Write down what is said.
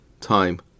time